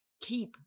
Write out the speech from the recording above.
keep